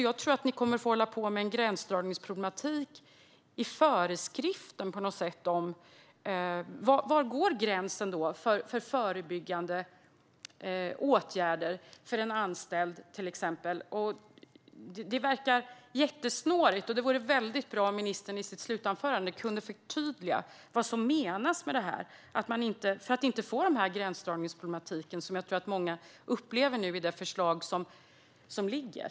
Jag tror att ni på något sätt kommer att få en gränsdragningsproblematik i föreskriften. Var går gränsen för till exempel förebyggande åtgärder för en anställd? Detta verkar jättesnårigt. Det vore bra om ministern i sitt slutanförande kunde förtydliga vad som menas så att vi inte får den gränsdragningsproblematik som jag tror att många upplever i det förslag som ligger.